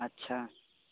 अच्छा